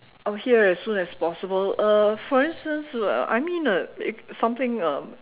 oh here so that's possible uh for instance uh I mean uh something um